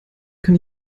kann